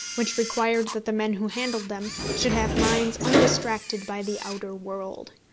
which required that the men who handled them should have minds undistracted by the outer world.